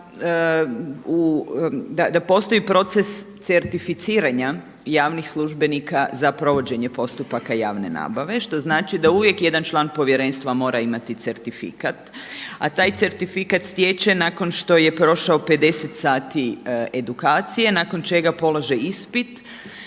da postoji proces certificiranja javnih službenika za provođenje postupaka javne nabave, što znači da uvijek jedan član povjerenstva mora imati certifikat, a taj certifikat stječe nakon što je prošao 50 sati edukacije nakon čega polaže ispit